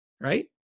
right